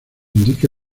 indique